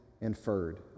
inferred